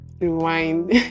rewind